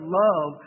love